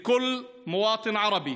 מכובדי היושב-ראש,